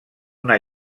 una